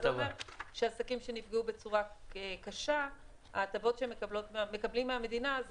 ההטבות שמקבלים עסקים שנפגעו בצורה קשה מהמדינה זה